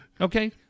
okay